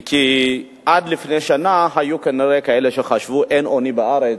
כי עד לפני שנה היו כנראה כאלה שחשבו שאין עוני בארץ,